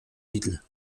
ville